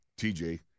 TJ